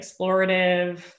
explorative